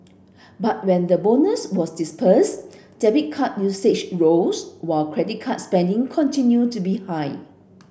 but when the bonus was disbursed debit card usage rose while credit card spending continued to be high